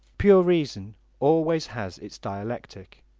pure reason always has its dialetic,